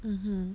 mmhmm